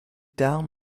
down